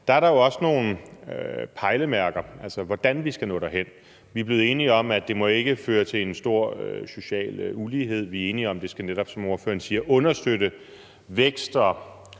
er der også nogle pejlemærker for, hvordan vi skal nå derhen. Vi er blevet enige om, at det ikke må føre til en stor social ulighed, vi er enige om, at det, som ordføreren